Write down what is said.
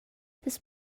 this